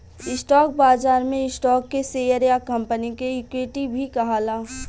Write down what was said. stock बाजार में stock के शेयर या कंपनी के इक्विटी भी कहाला